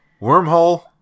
wormhole